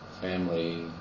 family